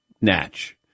Natch